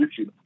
YouTube